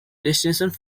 destinations